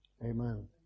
amen